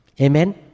Amen